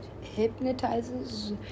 hypnotizes